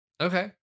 Okay